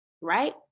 right